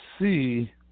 see